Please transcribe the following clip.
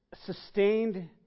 sustained